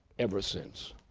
ever since.